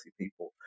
people